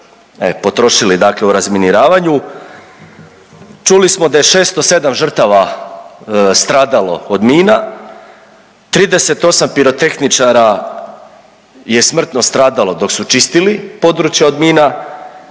potrošili dakle u razminiravanju. Čuli smo da je 607 žrtava stradalo od mina, 38 pirotehničara je smrtno stradalo dok su čistili područja od mina